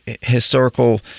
historical